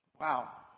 Wow